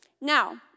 Now